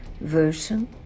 version